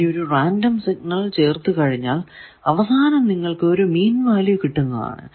ഇനി ഒരു random signal ചേർത്തു കഴിഞ്ഞാൽ അവസാനം നിങ്ങൾക്കു ഒരു മീൻ വാല്യൂ കിട്ടുന്നതാണ്